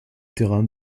terrain